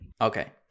okay